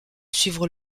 suivre